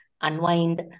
unwind